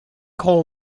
coal